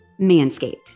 Manscaped